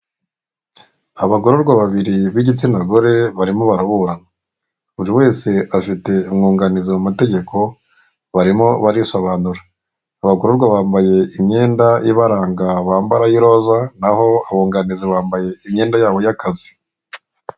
Abagororwa babiri b'igitsina gore barimo baraburana. Buri wese afite umwunganizi mu mategeko, barimo barisobanura. Abagororwa bambaye imyenda ibaranga bambara y'iroza, naho abunganizi bambaye imyenda y'akazi.